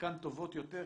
חלקן טובות יותר,